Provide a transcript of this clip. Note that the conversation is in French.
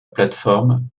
plateforme